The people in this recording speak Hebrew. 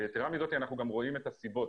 יתרה מזו, אנחנו גם רואים את הסיבות.